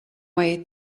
wait